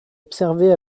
observé